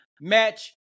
match